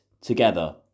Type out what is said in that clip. together